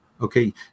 Okay